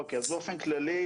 אוקיי, אז באופן כללי